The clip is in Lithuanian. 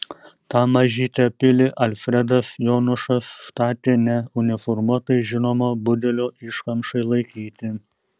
tą mažytę pilį alfredas jonušas statė ne uniformuotai žinomo budelio iškamšai laikyti